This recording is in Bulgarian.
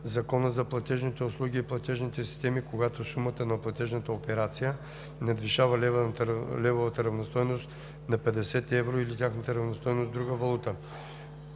Закона за платежните услуги и платежните системи, когато сумата на платежната операция надвишава левовата равностойност на 50 евро или тяхната равностойност в друга валута.